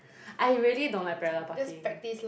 I really don't like parallel parking